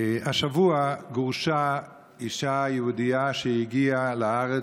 השבוע גורשה אישה יהודייה שהגיעה לארץ,